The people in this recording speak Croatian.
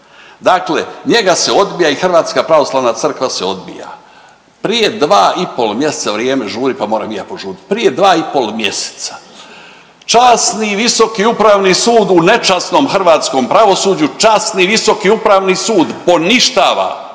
Dakle njega se odbija i Hrvatska pravoslavna crkva se odbija. Prije dva i pol mjeseca, vrijeme žuri, pa moram i ja požurit, prije dva i pol mjeseca Časni visoki upravni sud u nečasnom hrvatskom pravosuđu, Časni visoki upravni sud poništava